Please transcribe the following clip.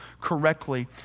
correctly